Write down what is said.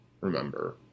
remember